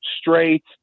straight